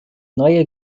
neue